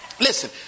Listen